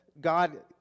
god